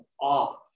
off